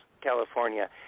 California